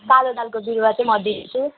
कालो दालको बिरुवा चाहिँ म दिन्छु